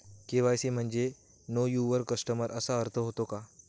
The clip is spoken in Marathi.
के.वाय.सी म्हणजे नो यूवर कस्टमर असा अर्थ होतो का?